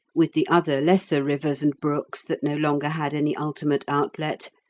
with the other lesser rivers and brooks that no longer had any ultimate outlet,